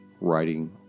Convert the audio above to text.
writing